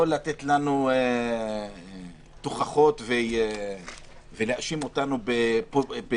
לא לתת לנו תוכחות ולהאשים אותנו בפופוליזם.